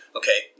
okay